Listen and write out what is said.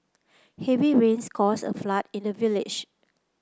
heavy rains caused a flood in the village